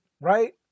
right